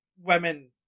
women